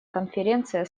конференция